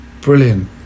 Brilliant